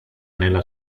nella